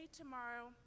tomorrow